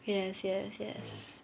yes yes yes